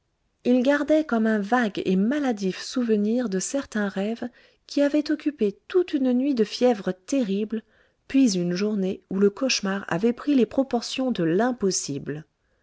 il gardait comme un vague et maladif souvenir de certain rêve qui avait occupé toute une nuit de fièvre terrible puis une journée où le cauchemar avait pris les proportions de l'impossible